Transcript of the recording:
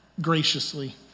graciously